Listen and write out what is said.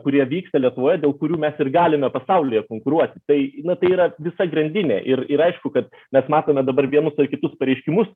kurie vyksta lietuvoje dėl kurių mes ir galime pasaulyje konkuruoti tai na tai yra visa grandinė ir ir aišku kad mes matome dabar vienus ar kitus pareiškimus